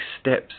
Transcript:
steps